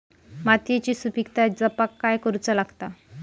मातीयेची सुपीकता जपाक काय करूचा लागता?